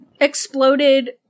exploded